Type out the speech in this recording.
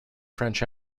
french